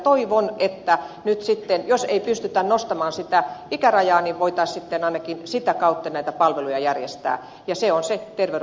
toivon että nyt sitten jos ei pystytä nostamaan sitä ikärajaa voitaisiin ainakin sitä kautta näitä palveluja järjestää ja se on se terveydenhuoltolain tahto